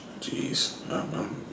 Jeez